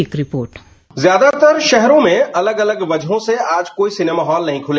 एक report dispatch ज्यादातर शहरों में अलग अलग वजहों से आज कोई सिनेमा हॉल नहीं खुले